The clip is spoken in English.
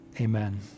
amen